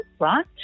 right